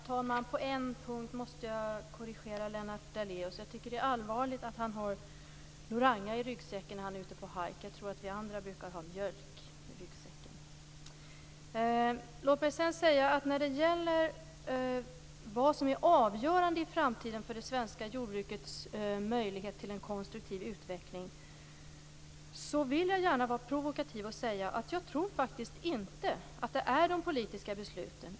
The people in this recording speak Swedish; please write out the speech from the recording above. Herr talman! På en punkt måste jag korrigera Lennart Daléus. Jag tycker att det är allvarligt att han har Loranga i ryggsäcken när han är ute på hajk. Jag tror att vi andra brukar ha mjölk i ryggsäcken. Låt mig sedan när det gäller vad som i framtiden är avgörande för det svenska jordbrukets möjlighet till en konstruktiv utveckling vara provokativ och säga att jag faktiskt inte tror att det är de politiska besluten.